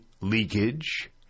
leakage